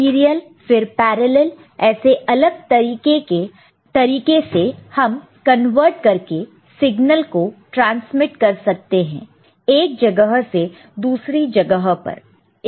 serial फिर parallel ऐसे अलग तरीके से हम कन्वर्ट करके सिग्नल को ट्रांसमीट कर सकते हैं एक जगह से दूसरी जगह तक